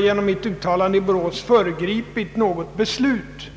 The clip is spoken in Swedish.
Genom mitt uttalande i Borås har jag inte föregripit något beslut,